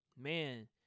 man